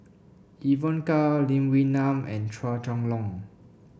Evon Kow Lee Wee Nam and Chua Chong Long